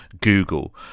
Google